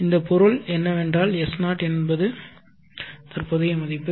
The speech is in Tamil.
இதன் பொருள் என்னவென்றால் S0 என்பது தற்போதைய மதிப்பு